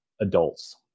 adults